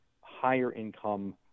higher-income